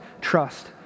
trust